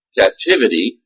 captivity